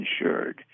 insured